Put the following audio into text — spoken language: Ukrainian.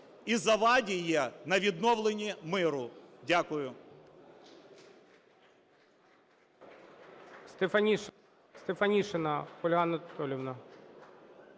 і заваді є на відновлення миру. Дякую.